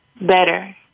better